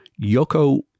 Yoko